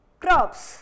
crops